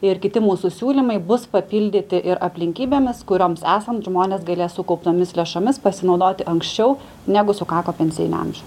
ir kiti mūsų siūlymai bus papildyti ir aplinkybėmis kurioms esant žmonės galės sukauptomis lėšomis pasinaudoti anksčiau negu sukako pensinį amžių